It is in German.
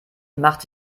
macht